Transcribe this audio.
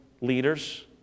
leaders